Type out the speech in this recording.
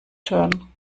turn